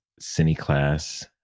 CineClass